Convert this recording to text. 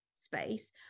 space